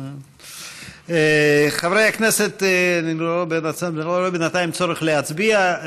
חברי הכנסת, אני לא רואה בינתיים צורך להצביע.